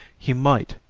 he might.